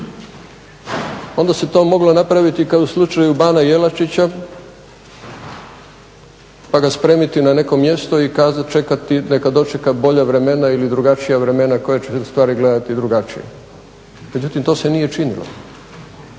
onda se to moglo napraviti kao u slučaju Bana Jelačića pa ga spremiti na neko mjesto i čekati, neka dočeka bolja vremena ili drugačija vremena koja će te stvari gledati drugačije. Međutim to se nije činilo,